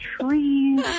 trees